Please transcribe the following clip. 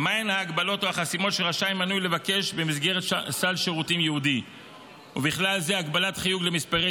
והחסימות המוטלות על השירותים שהוא -- זה הבסיס לחוק.